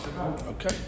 Okay